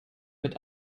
mit